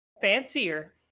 fancier